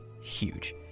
huge